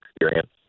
experience